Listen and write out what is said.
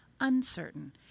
uncertain